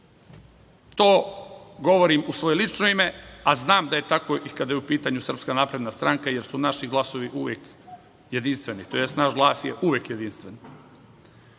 To govorim u svoje lično ime, a znam da je tako i kada je pitanju SNS, jer su naši glasovi uvek jedinstveni, tj. naš glas je uvek jedinstven.S